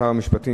משר המשפטים,